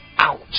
Ouch